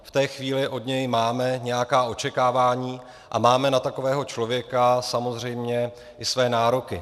V té chvíli od něj máme nějaká očekávání a máme na takového člověka samozřejmě i své nároky.